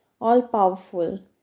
all-powerful